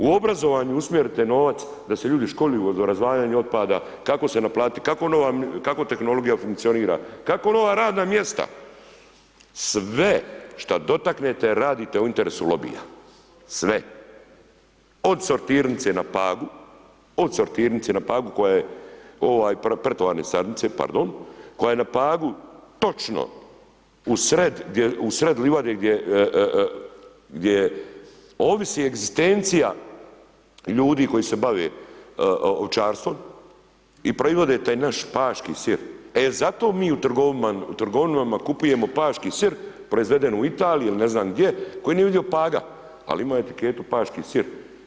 U obrazovanju usmjerite novac da se ljudi školuju o razdvajanju otpada, kako se naplatiti, kako tehnologija funkcionira, kako nova radna mjesta, sve šta dotaknete, radite u interesu lobija, sve, od sortirnice na Pagu, od sortirnice na Pagu koja je… [[Govornik se ne razumije]] pardon, koja je na Pagu točno u sred livade gdje ovisi egzistencija ljudi koji se bave ovčarstvom i proizvode taj naš paški sir, e zato mi u trgovinama kupujemo paški sir proizveden u Italiji ili ne znam gdje, koji nije vidio Paga, ali ima etiketu Paški sir.